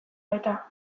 baita